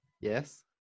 Yes